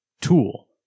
tool